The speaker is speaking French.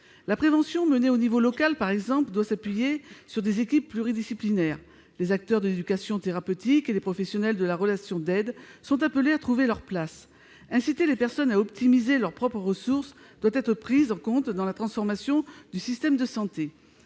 La prévention menée au niveau local, par exemple, doit s'appuyer sur des équipes pluridisciplinaires. Les acteurs de l'éducation thérapeutique et les professionnels de la relation d'aide sont appelés à trouver leur place. Inciter les personnes à optimiser leurs propres ressources doit être pris en compte dans la transformation du système de santé.